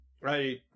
Right